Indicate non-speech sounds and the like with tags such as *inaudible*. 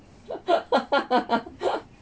*laughs*